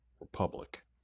republic